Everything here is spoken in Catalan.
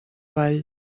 vall